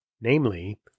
namely